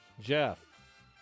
Jeff